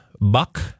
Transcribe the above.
buck